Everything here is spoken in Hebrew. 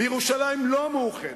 וירושלים לא מאוחדת,